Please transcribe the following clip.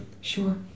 sure